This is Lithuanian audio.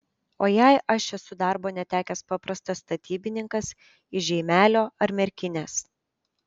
o jei aš esu darbo netekęs paprastas statybininkas iš žeimelio ar merkinės